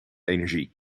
energie